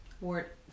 Wart